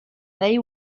they